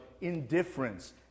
indifference